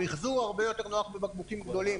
המיחזור הרבה יותר נוח בבקבוקים גדולים,